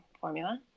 formula